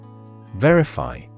Verify